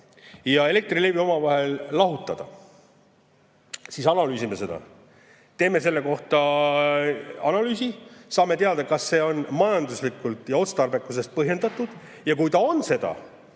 ja Elektrilevi omavahel lahutada, siis analüüsime seda. Teeme selle kohta analüüsi, saame teada, kas see on majanduslikult ja otstarbekusest lähtudes põhjendatud. Kui ta seda